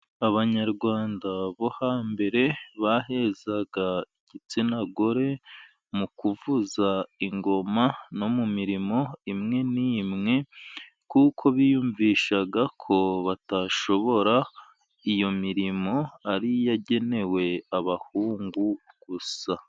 Abanyarwanda bo hambere bahezaga igitsina gore mu kuvuza ingoma no mu mirimo imwe n'imwe, kuko biyumvishaga ko batashobora iyo mirimo ari iyagenewe abahungu gusa.